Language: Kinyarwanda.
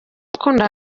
urukundo